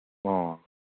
ꯑꯣ